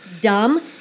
dumb